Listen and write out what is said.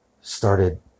started